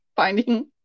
Finding